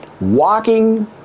walking